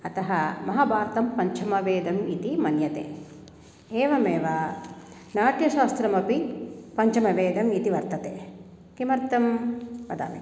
अतः महाभारतं पञ्चमवेदः इति मन्यते एवमेव नाट्यशास्त्रमपि पञ्चमवेदः इति वर्तते किमर्थं वदामि